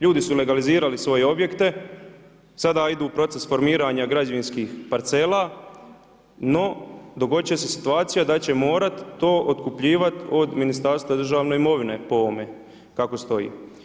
Ljudi su legalizirali svoje objekte, sada idu u proces formiranja građevinskih parcela, no, dogoditi će se situacija, da će morati to otkupljivati od Ministarstva državne imovine, po ovome kako stoji.